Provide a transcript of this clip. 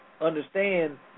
understand